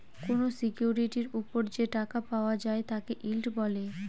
কোনো সিকিউরিটির ওপর যে টাকা পাওয়া যায় তাকে ইল্ড বলে